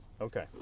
Okay